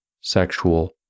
sexual